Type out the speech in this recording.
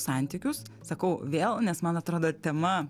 santykius sakau vėl nes man atrodo tema